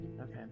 Okay